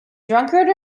drunkard